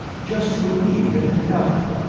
just to believe it had happened.